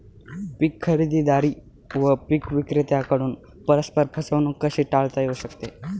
पीक खरेदीदार व पीक विक्रेत्यांकडून परस्पर फसवणूक कशी टाळता येऊ शकते?